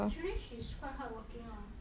actually she's quite hardworking lah